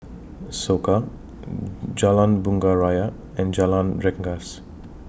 Soka Jalan Bunga Raya and Jalan Rengas